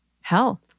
Hell